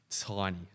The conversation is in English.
tiny